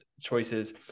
choices